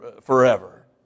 forever